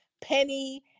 penny